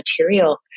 material